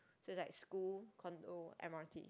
so is like school condo m_r_t